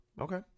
Okay